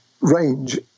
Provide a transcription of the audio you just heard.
range